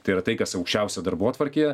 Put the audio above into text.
tai yra tai kas aukščiausia darbotvarkėje